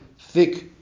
thick